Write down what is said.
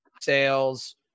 sales